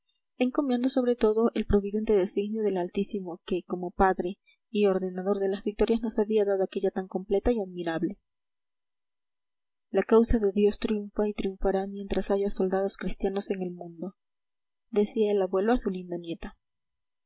encomiando sobre todo el providente designio del altísimo que como padre y ordenador de las victorias nos había dado aquella tan completa y admirable la causa de dios triunfa y triunfará mientras haya soldados cristianos en el mundo decía el abuelo a su linda nieta